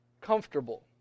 comfortable